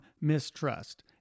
mistrust